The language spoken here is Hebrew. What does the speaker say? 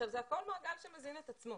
זה הכול מעגל שמזין את עצמו.